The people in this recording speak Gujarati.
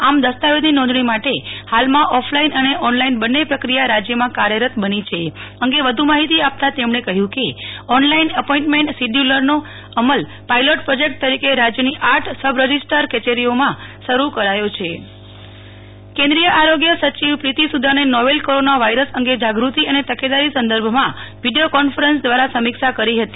આમ દસ્તાવેજની નોંધણી માટે ફાલમાં ઓફલાઈન અને ઓનલાઈન બંને પ્રકિયા રાજ્યમાં કાર્યરત બની છે અંગે વધુ માહિતી આપતાં તેમણે કહ્યું કે ઓનલાઈન એપોઈન્ટમેન્ટ શિડ્યુલરનો અમલ પાઈલોટ પ્રોજેક્ટ તરીકે રાજ્યની આઠ સબરજીસ્ટ્રાર કચેરીઓમાં શરૂ કરાયો છે નેહલ ઠકકર કોરોના વાયરસ ઃ કેન્દીય આરોગ્ય સચિવ પ્રિતિ સુદાને નોવેલ કોરોના વાયરસ અંગે જાગતિ અને તકેદારી સંદર્ભ માં વિડીયો કોન્ફરન્સ દવારા સમીક્ષા કરી હતી